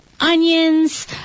onions